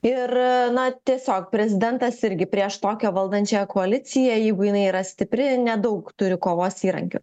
ir na tiesiog prezidentas irgi prieš tokią valdančiąją koaliciją jeigu jinai yra stipri nedaug turi kovos įrankių